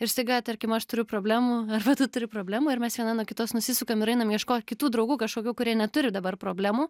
ir staiga tarkim aš turiu problemų arba tu turi problemų ir mes viena nuo kitos nusisukam ir einam ieškot kitų draugų kažkokių kurie neturi dabar problemų